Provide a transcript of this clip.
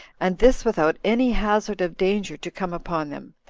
and this without any hazard of danger to come upon them,